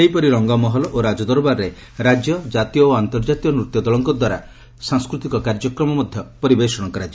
ସେହିପରି ରଙ୍ଙମହଲ ଓ ରାଜଦରବାରରେ ରାଜ୍ୟ ଜାତୀୟ ଓ ଆନ୍ତର୍କାତୀୟ ନୃତ୍ୟ ଦଳଙ୍କ ଦ୍ୱାରା ସହସ୍କୃତିକ କାର୍ଯ୍ୟକ୍ରମ ପରିବେଷଣ ହେବ